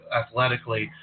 athletically